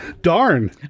darn